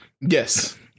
Yes